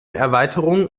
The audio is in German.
erweiterung